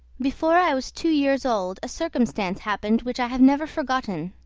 before i was two years old a circumstance happened which i have never forgotten.